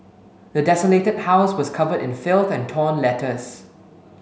the desolated house was covered in filth and torn letters